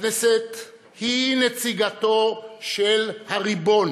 הכנסת היא נציגתו של הריבון,